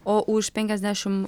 o už penkiasdešim